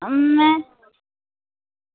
में